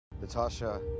Natasha